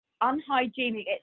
unhygienic